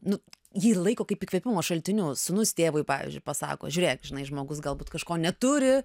nu jį laiko kaip įkvėpimo šaltiniu sūnus tėvui pavyzdžiui pasako žiūrėk žinai žmogus galbūt kažko neturi